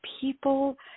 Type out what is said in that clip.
people